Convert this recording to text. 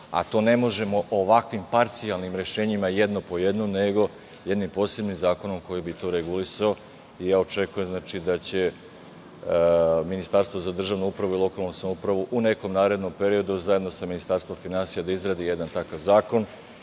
ne možemo ovakvim parcijalnim rešenjima, jedno po jedno, nego jednim posebnim zakonom koji bi to regulisao. Očekujem da će Ministarstvo za državnu upravu i lokalnu samoupravu u nekom narednom periodu, zajedno sa Ministarstvom finansija, da izradi jedan takav zakon